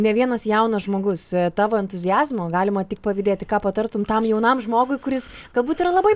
ne vienas jaunas žmogus tavo entuziazmo galima tik pavydėti ką patartum tam jaunam žmogui kuris galbūt yra labai